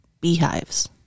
beehives